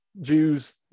Jews